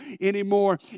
anymore